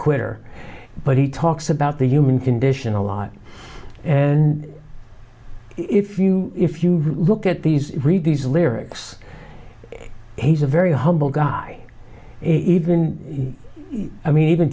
quitter but he talks about the human condition a lot and if you if you look at these read these lyrics he's a very humble guy even i mean even